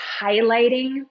highlighting